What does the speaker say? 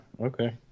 okay